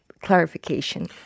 clarification